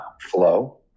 flow